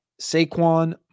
Saquon